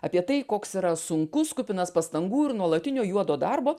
apie tai koks yra sunkus kupinas pastangų ir nuolatinio juodo darbo